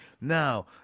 Now